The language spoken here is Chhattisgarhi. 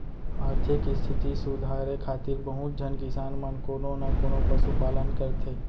आरथिक इस्थिति सुधारे खातिर बहुत झन किसान मन कोनो न कोनों पसु पालन करथे